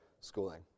schooling